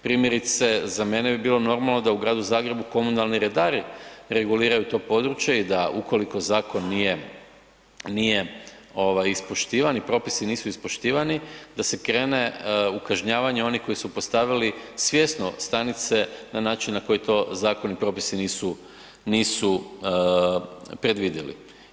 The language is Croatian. Primjerice, za mene bi bilo normalno da u Gradu Zagrebu komunalni redari reguliraju to područje i da ukoliko zakon nije, nije ovaj ispoštivan i propisi nisu ispoštivani da se krene u kažnjavanje onih koji su postavili svjesno stanice na način na koji to zakon i propisi nisu, nisu predvidjeli.